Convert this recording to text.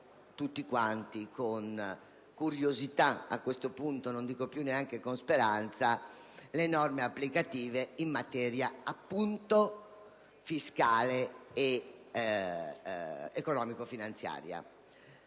tutti con curiosità - a questo punto non dico più con speranza - le norme applicative in materia fiscale ed economico-finanziaria.